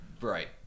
Right